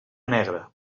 negra